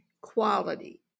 quality